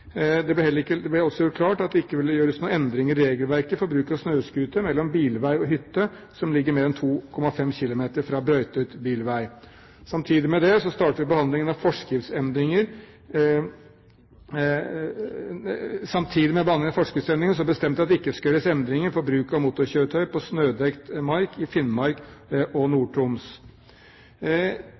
Det ble også gjort klart at det ikke ville bli gjort noen endringer i regelverket for bruk av snøscooter mellom bilvei og hytte som ligger mer enn 2,5 km fra brøytet bilvei. Samtidig med behandlingen av forskriftsendringer bestemte vi at det ikke skulle gjøres endringer for bruk av motorkjøretøy på snødekt mark i Finnmark og